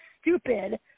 stupid